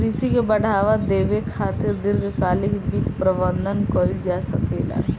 कृषि के बढ़ावा देबे खातिर दीर्घकालिक वित्त प्रबंधन कइल जा सकेला